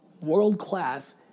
world-class